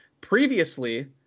Previously